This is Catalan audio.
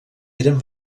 eren